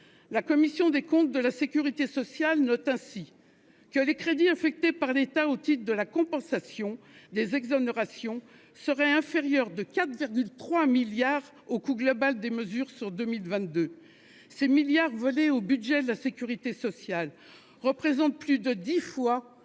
La Commission des comptes de la sécurité sociale note ainsi que « les crédits affectés par l'État au titre de la compensation des exonérations seraient inférieurs de 4,3 milliards au coût global des mesures sur 2022 ». Ces milliards volés au budget de la sécurité sociale représentent plus de dix fois